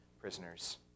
prisoners